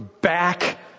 back